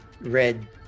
red